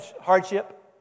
hardship